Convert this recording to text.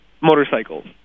motorcycles